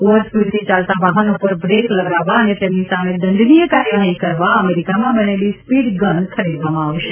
over સ્પીડથી ચાલતા વાહનો પર બ્રેક લગાવવા અને તેમની સામે દંડનીય કાર્યવાહી કરવા અમેરિકામાં બનેલી સ્પીડ ગન ખરીદવામાં આવશે